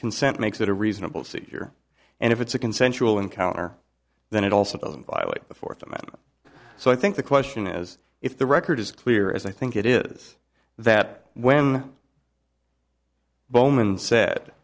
consent makes it a reasonable seizure and if it's a consensual encounter then it also doesn't violate the fourth amendment so i think the question is if the record is clear as i think it is that when